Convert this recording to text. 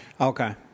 Okay